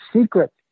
secret